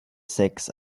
sechs